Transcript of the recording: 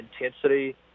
intensity